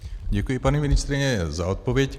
Děkuji, paní ministryně, za odpověď.